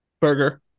burger